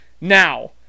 Now